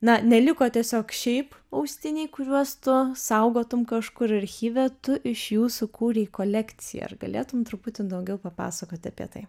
na neliko tiesiog šiaip austiniai kuriuos tu saugotum kažkur archyve tu iš jų sukūrei kolekciją ar galėtum truputį daugiau papasakot apie tai